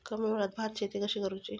कमी वेळात भात शेती कशी करुची?